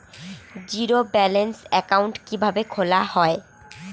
Zero balance account কিভাবে খোলা হয়?